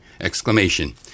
exclamation